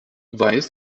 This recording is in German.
weiß